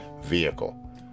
vehicle